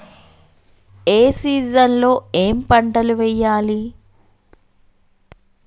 ఏ season లో ఏం పంటలు వెయ్యాలి?